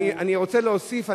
אני רוצה להוסיף,